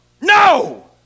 No